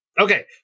Okay